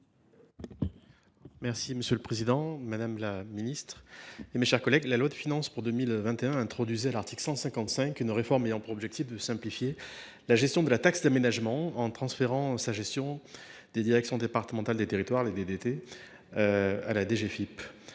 Monsieur le président, madame la ministre, mes chers collègues, la loi de finances pour 2021 a introduit, à l’article 155, une réforme dont l’objet était de simplifier la gestion de la taxe d’aménagement en transférant sa gestion des directions départementales des territoires (DDT) à la